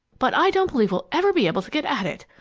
but i don't believe we'll ever be able to get at it.